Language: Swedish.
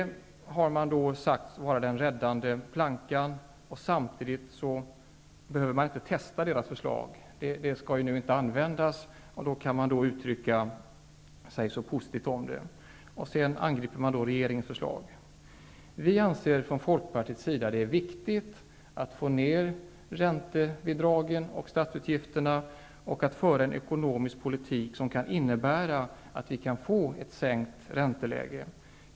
De har sagt att det förslaget skulle vara den räddande plankan. Samtidigt behöver man inte testa deras förslag. Det skall inte användas nu, och då kan man uttrycka sig positivt om det. Sedan angriper man regeringens förslag. Vi anser från folkpartiets sida att det är viktigt att få ned räntebidragen och statsutgifterna och att föra en ekonomisk politik som innebär att vi kan få ett sänkt ränteläge.